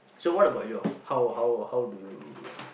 so what about yours how how how do you